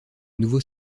nouveau